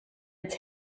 its